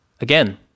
again